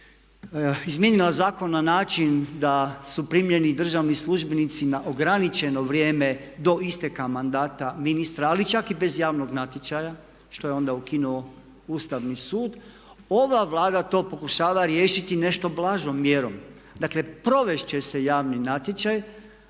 izmijenila zakon na način da su primljeni državni službenici na ograničeno vrijeme do isteka mandata ministra ali čak i bez javnog natječaja što je onda ukinuo Ustavni sud. Ova Vlada to pokušava riješiti nešto blažom mjerom. Dakle provest će se javni natječaj,